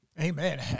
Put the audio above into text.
Amen